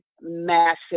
massive